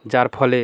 যার ফলে